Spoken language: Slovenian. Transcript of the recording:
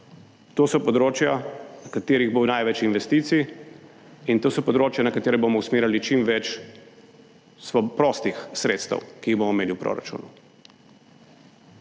to so področja, na katerih bo največ investicij in to so področja, na katera bomo usmerjali čim več prostih sredstev, ki jih bomo imeli v proračunu.